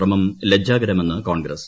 ശ്രമം ലജ്ജാകർമെന്ന് കോൺഗ്രസ്സ്